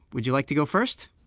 would you like to go first?